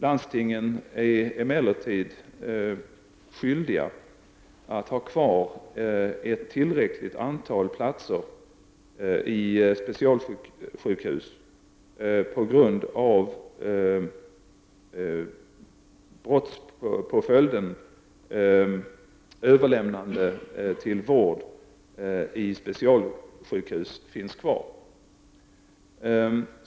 Landstingen är emellertid skyldiga att ha kvar ett tillräckligt stort antal platser i specialsjukhus på grund av att brottspåföljden ”överlämnande till vård i specialsjukhus” finns kvar.